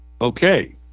Okay